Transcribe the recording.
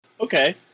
Okay